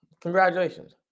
Congratulations